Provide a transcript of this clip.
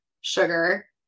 Sugar